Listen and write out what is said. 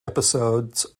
episodes